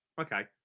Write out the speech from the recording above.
Okay